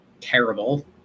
terrible